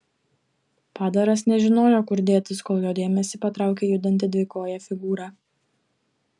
padaras nežinojo kur dėtis kol jo dėmesį patraukė judanti dvikojė figūra